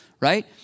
Right